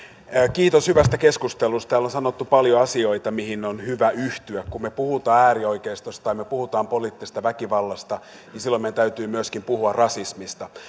kiitos hyvästä keskustelusta täällä on sanottu paljon asioita mihin on hyvä yhtyä kun me puhumme äärioikeistosta tai puhumme poliittisesta väkivallasta niin silloin meidän täytyy myöskin puhua rasismista